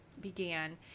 began